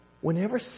whenever